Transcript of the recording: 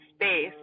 space